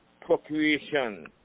procreation